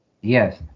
Yes